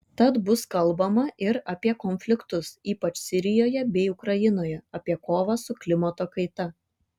tad bus kalbama ir apie konfliktus ypač sirijoje bei ukrainoje apie kovą su klimato kaita